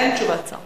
אין תשובת שר.